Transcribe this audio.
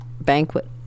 Banquet